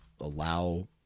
allow